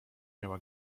miała